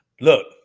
Look